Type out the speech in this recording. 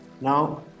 Now